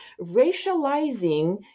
racializing